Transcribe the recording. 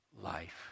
life